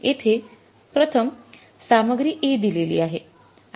येथे प्रथम सामग्री A दिलेली आहे